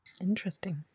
Interesting